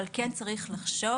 אבל כן צריך לחשוב